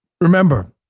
Remember